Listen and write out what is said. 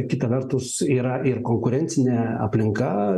kita vertus yra ir konkurencinė aplinka